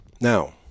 Now